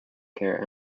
care